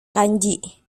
kanji